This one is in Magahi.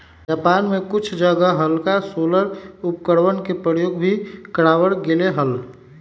जापान में कुछ जगह हल्का सोलर उपकरणवन के प्रयोग भी करावल गेले हल